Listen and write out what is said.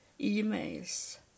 emails